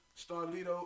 Starlito